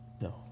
No